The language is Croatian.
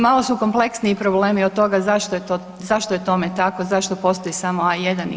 Malo su kompleksniji problemi od toga zašto je tome tako, zašto postoji samo A1 i HT.